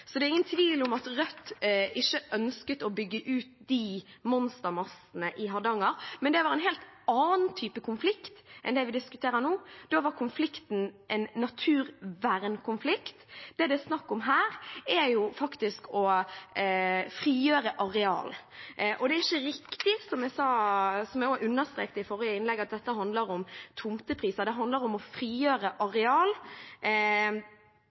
Så det er ingen tvil om at Rødt ikke ønsket å bygge ut monstermastene i Hardanger. Men det var en helt annen type konflikt enn det vi diskuterer nå, da var konflikten en naturvernkonflikt. Det som det er snakk om her, er faktisk å frigjøre areal. Det er ikke riktig, som jeg også understreket i forrige innlegg, at dette handler om tomtepriser – det handler om å frigjøre